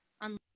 on